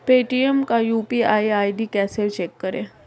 Paytm पर UPI ID कैसे check करें?